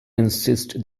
insist